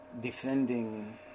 defending